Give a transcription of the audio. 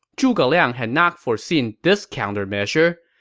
zhuge liang had not foreseen this countermeasure.